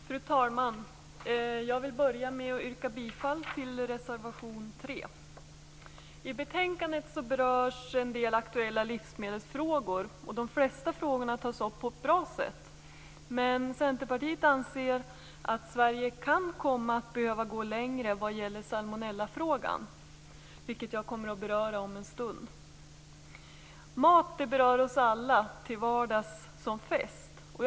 Fru talman! Jag vill börja med att yrka bifall till reservation 3. I betänkandet berörs en del aktuella livsmedelsfrågor. De flesta frågorna tas upp på ett bra sätt. Centerpartiet anser dock att Sverige kan komma att behöva gå längre vad gäller salmonellafrågan, vilket jag kommer att beröra om en stund. Mat berör oss alla, till vardags som till fest.